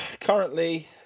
currently